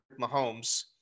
Mahomes